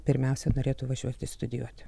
pirmiausia norėtų važiuoti studijuoti